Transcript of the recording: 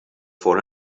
for